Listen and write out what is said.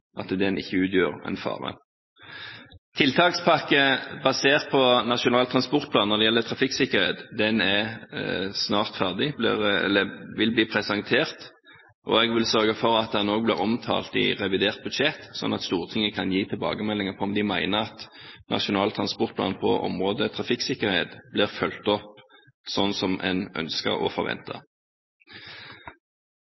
at den ikke utgjør en fare. Tiltakspakken basert på Nasjonal transportplan når det gjelder trafikksikkerhet, er snart ferdig og vil bli presentert. Jeg vil sørge for at den også blir omtalt i revidert budsjett, slik at Stortinget kan gi tilbakemeldinger på om de mener at Nasjonal transportplan på området trafikksikkerhet blir fulgt opp slik som en ønsker